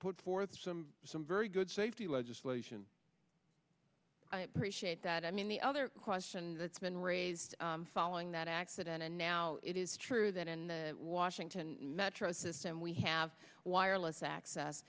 put forth some some very good safety legislation i appreciate that i mean the other question that's been raised following that accident and now it is true that in the washington metro system we have wireless access